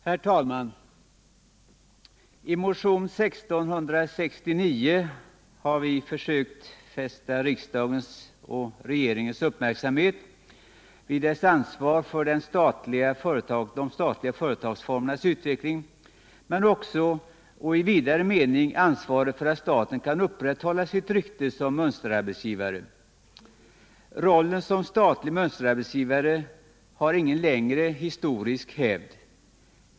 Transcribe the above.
Herr talman! I motionen 1669 har vi sökt fästa riksdagens och regeringens uppmärksamhet på ansvaret för de statliga företagsformernas utveckling men också och i vidare mening ansvaret för att staten kan upprätthålla sitt rykte som mönsterarbetsgivare. Rollen som statlig mönsterarbetsgivare har ingen längre historisk hävd.